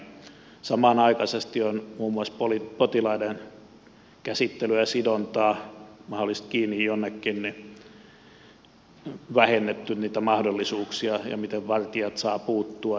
samanaikaisesti on muun muassa vähennetty mahdollisuuksia potilaiden käsittelyyn ja mahdollisesti sidontaan kiinni jonnekin ja mahdollisuuksia miten vartijat saavat puuttua ja muuta